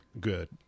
Good